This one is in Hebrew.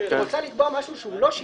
אם היא רוצה לקבוע משהו שהוא לא 60,